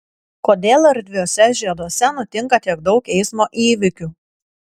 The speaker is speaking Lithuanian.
kodėl erdviuose žieduose nutinka tiek daug eismo įvykių